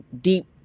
deep